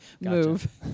move